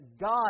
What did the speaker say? God